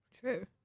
true